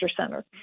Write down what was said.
Center